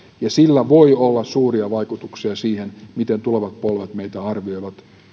sillä voi olla suuria vaikutuksia siihen miten tulevat polvet meitä arvioivat